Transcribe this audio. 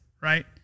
right